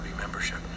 membership